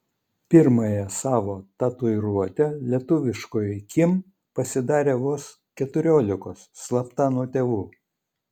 pirmąją savo tatuiruotę lietuviškoji kim pasidarė vos keturiolikos slapta nuo tėvų